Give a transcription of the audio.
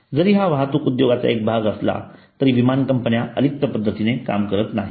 जरी हा वाहतूक उद्योगाचा एक भाग असला तरी विमान कंपन्या अलिप्त पद्धतीने काम करत नाहीत